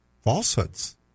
falsehoods